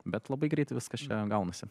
bet labai greit viskas čia gaunasi